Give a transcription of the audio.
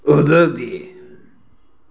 உதவி